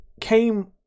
came